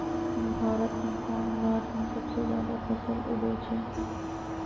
भारत में कौन राज में सबसे जादा फसल उगई छई?